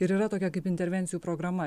ir yra tokia kaip intervencijų programa